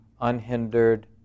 unhindered